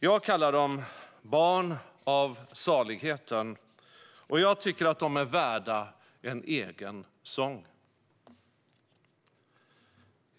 Jag kallar dem "barn av saligheten", och jag tycker att de är värda en egen sång.